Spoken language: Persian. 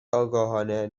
آگاهانه